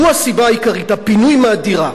הוא הסיבה העיקרית, הפינוי מהדירה.